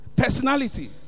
personality